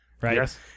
Right